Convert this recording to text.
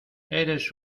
eres